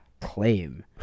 claim